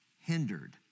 hindered